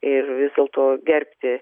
ir vis dėlto gerbti